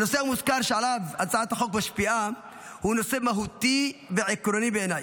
הנושא המוזכר שעליו הצעת החוק משפיעה הוא נושא מהותי ועקרוני בעיניי,